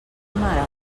mare